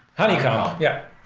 honeycomb, ah yeah